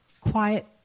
quiet